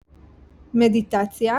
מדיטציה